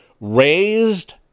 raised